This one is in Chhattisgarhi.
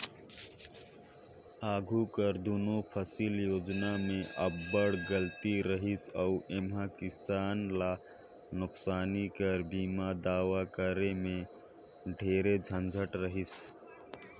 आघु कर दुनो फसिल योजना में अब्बड़ गलती रहिस अउ एम्हां किसान ल नोसकानी कर बीमा दावा करे में ढेरे झंझट रहिस